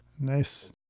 Nice